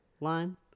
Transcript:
Line